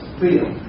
feel